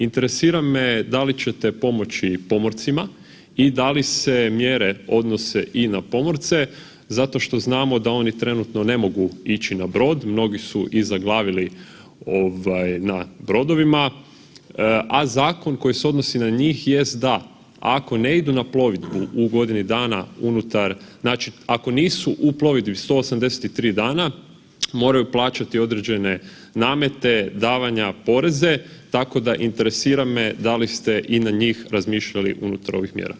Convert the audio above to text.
Interesira me da li ćete pomoći pomorcima i da se mjere odnose i na pomorce zato što znamo da oni trenutno ne mogu ići na brod, mnogi su i zaglavili na brodovima, a zakon koji se odnosi na njih jest da ako ne idu na plovidbu u godini dana, znači ako nisu u plovidbi 183 dana moraju plaćati određene namete, davanja, poreze, tako da interesira me da li ste i na njih razmišljali unutar ovih mjera?